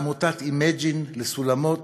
לעמותת Imagine, לסולמות,